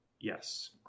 Yes